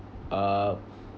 uh